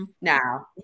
Now